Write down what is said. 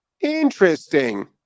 Interesting